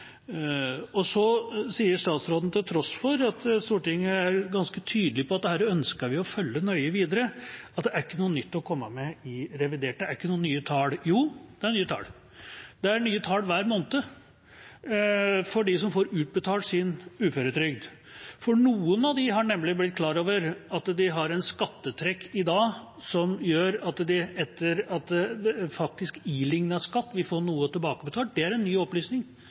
Så sier statsråden – til tross for at Stortinget er ganske tydelig på at dette ønsker vi å følge nøye videre – at det er ikke noe nytt å komme med i revidert, det er ikke noen nye tall. Jo, det er nye tall, det er nye tall hver måned for dem som får utbetalt sin uføretrygd. Noen av dem har nemlig blitt klar over at de har et skattetrekk i dag som gjør at de, etter faktisk ilignet skatt, vil få noe tilbakebetalt. Det er en ny opplysning.